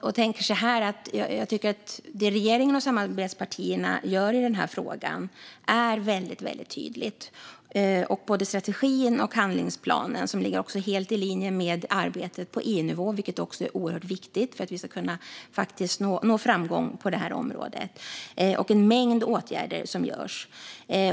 Jag tänker så här: Det regeringen och samarbetspartierna gör i den här frågan är väldigt tydligt när det gäller både strategin och handlingsplanen, som ligger helt i linje med arbetet på EU-nivå, vilket också är oerhört viktigt för att vi ska kunna nå framgång på det här området. Det är en mängd åtgärder som görs.